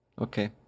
Okay